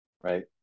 right